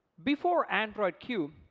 before android q,